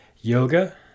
yoga